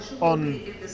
on